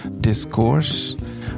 discourse